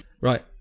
right